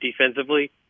defensively